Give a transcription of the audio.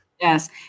Yes